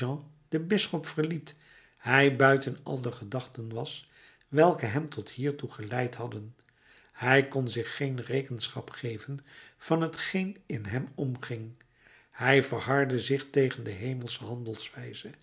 den bisschop verliet hij buiten al de gedachten was welke hem tot hiertoe geleid hadden hij kon zich geen rekenschap geven van t geen in hem omging hij verhardde zich tegen de hemelsche